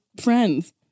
friends